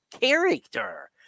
character